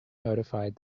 notified